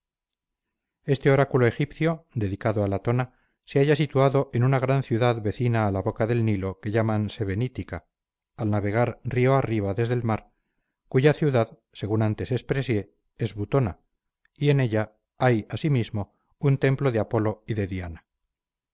este oráculo egipcio dedicado a latona se halla situado en una gran ciudad vecina a la boca del nilo que llaman sebenítica al navegar río arriba desde el mar cuya ciudad según antes expresé es butona y en ella hay así mismo un templo de apolo y de diana